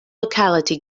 locality